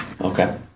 Okay